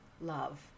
love